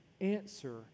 answer